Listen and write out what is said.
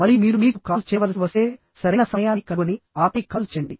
మరియు మీరు మీకు కాల్ చేయవలసి వస్తే సరైన సమయాన్ని కనుగొని ఆపై కాల్ చేయండి